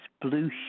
Blue